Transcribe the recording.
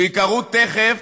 שייקראו תכף